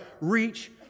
reach